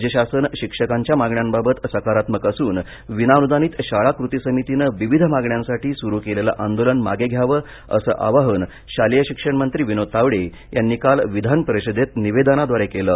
राज्य शासन शिक्षकांच्या मागण्यांबाबत सकारात्मक असून विनाअनुदानित शाळा कृती समितीनं विविध मागण्यांसाठी सुरू केलेलं आंदोलन मागे घ्यावं असं आवाहन शालेय शिक्षणमंत्री विनोद तावडे यांनी काल विधानपरिषदेत निवेदनाद्वारे केलं